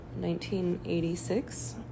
1986